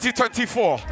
2024